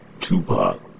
Tupac